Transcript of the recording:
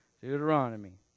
Deuteronomy